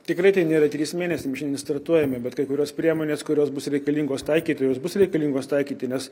tikrai tai nėra trys mėnesiai šiandien startuojame bet kai kurios priemonės kurios bus reikalingos taikyti jos bus reikalingos taikyti nes